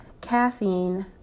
Caffeine